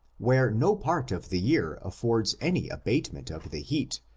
where no part of the year affords any abatement of the heat,